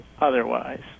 otherwise